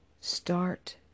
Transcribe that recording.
Start